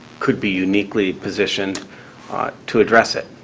could be uniquely positioned to address it.